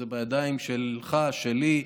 זה בידיים שלך, שלי,